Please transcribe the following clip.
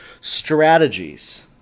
strategies